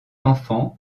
enfants